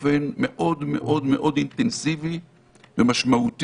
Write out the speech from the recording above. באופן מאוד מאוד מאוד אינטנסיבי ומשמעותי